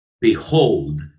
Behold